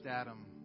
Adam